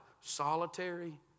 solitary